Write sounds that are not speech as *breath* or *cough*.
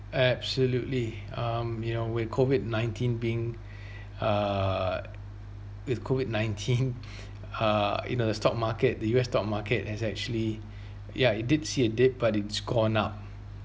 absolutely um you know with COVID nineteen being *breath* err with COVID nineteen *breath* uh in a stock market the U_S stock market has actually *breath* yeah it did see a dip but it's gone up